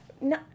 no